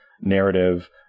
narrative